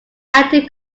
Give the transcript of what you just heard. active